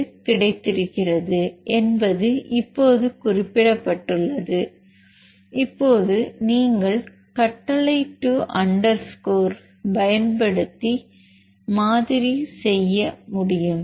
ali கிடைத்திருக்கிறது என்பது இப்போது குறிப்பிடப்பட்டுள்ளது இப்போது நீங்கள் கட்டளை டூ அண்டர் ஸ்கோர் 2 பயன்படுத்தி மாதிரி செய்ய முடியும்